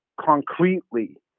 concretely